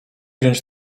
wziąć